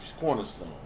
cornerstone